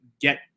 get